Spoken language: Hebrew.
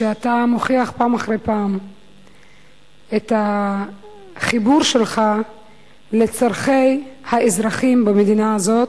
שאתה מוכיח פעם אחרי פעם את החיבור שלך לצורכי האזרחים במדינה הזאת,